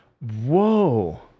Whoa